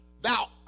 thou